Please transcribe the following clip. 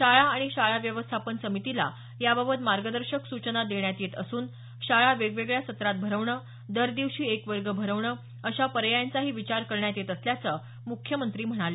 शाळा आणि शाळा व्यवस्थापन समितीला याबाबत मार्गदर्शक सूचना देण्यात येत असून शाळा वेगवेगळ्या सत्रात भरवणं दर दिवशी एक वर्ग भरवणं अशा पर्यायांचाही विचार करण्यात येत असल्याचं मुख्यमंत्री म्हणाले